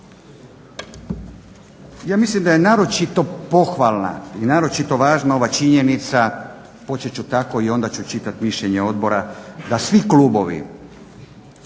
Ja mislim da je naročito pohvalna i naročito važna ova činjenica, počet ću tako i onda ću čitati mišljenje odbora, da svi stranački